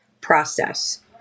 process